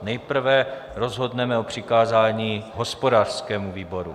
Nejprve rozhodneme o přikázání hospodářskému výboru.